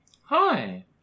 Hi